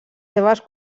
seves